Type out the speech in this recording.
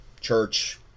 Church